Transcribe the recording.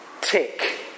Tick